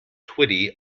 twiddly